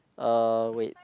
uh wait